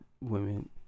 women